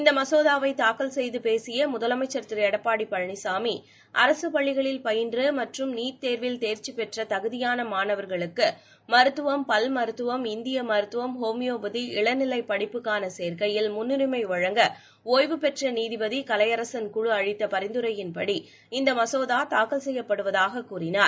இந்த மசோதாவை தாக்கல் செய்து பேசிய முதலமைச்சர் திரு எடப்பாடி பழனிசாமி அரசு பள்ளிகளில் பயின்ற மற்றும் நீட் தேர்வில் தேர்ச்சி பெற்ற தகுதியான மாணவர்களுக்கு மருத்துவம் பல் மருத்துவம் இந்திய மருத்துவம் ஹோமியோபதி இளநிலைப் படிப்புக்கான சேர்க்கையில் முன்னுரிமை வழங்க ஒய்வு பெற்ற நீதிபதி கலையரசன் குழு அளித்த பரிந்துரையின்படி இந்த மசோதா தாக்கல் செய்யப்படுவதாக கூறினார்